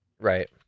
Right